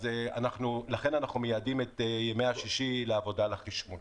אנחנו מייעדים את ימי שישי לעבודה על החשמול.